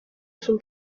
son